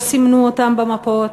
לא סימנו אותם במפות,